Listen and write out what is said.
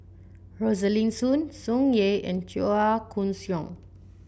Rosaline Soon Tsung Yeh and Chua Koon Siong